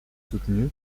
soutenue